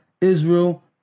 Israel